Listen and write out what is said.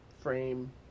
frame